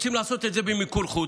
רוצים לעשות את זה במיקור החוץ.